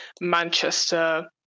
Manchester